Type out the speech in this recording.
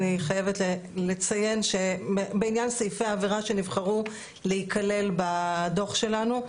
אני חייבת לציין שבעניין סעיפי העבירה שנבחרו להיכלל בדוח שלנו,